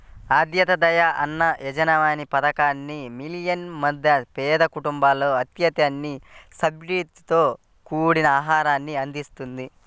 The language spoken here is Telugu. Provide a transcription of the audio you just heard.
అంత్యోదయ అన్న యోజన పథకాన్ని మిలియన్ల మంది పేద కుటుంబాలకు అత్యంత సబ్సిడీతో కూడిన ఆహారాన్ని అందిస్తుంది